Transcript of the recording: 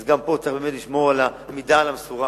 אז גם פה צריך באמת לשמור על מידה, על משורה,